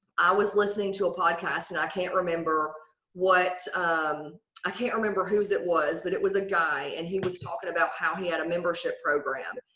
i was listening to a podcast and i can't remember what um i can't remember whose it was. but it was a guy and he was talking about how he had a membership program.